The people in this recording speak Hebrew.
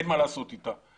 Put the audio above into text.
אין מה לעשות אתה,